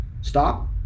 stop